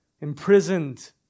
imprisoned